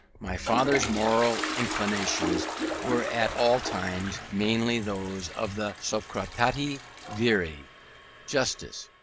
my father's moral inculcations were at all times mainly those of the socratici viri justice,